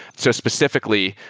so specifically,